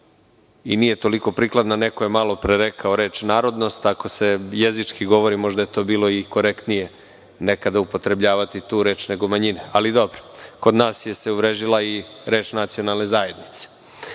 i nije toliko prikladna. Neko je malopre rekao reč narodnost. Ako se jezički govori, možda je to bilo i korektnije nekada upotrebljavati tu reč, nego manjine, ali dobro. Kod nas se uvrežila i reč nacionalne zajednice. Dakle,